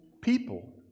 people